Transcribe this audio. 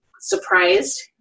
surprised